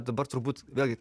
dabar turbūt vėlgi